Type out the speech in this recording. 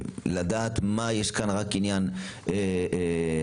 לדעת במה יש רק עניין טכני,